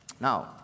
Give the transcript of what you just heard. Now